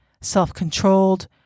self-controlled